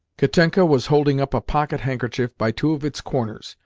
katenka was holding up a pocket-handkerchief by two of its corners,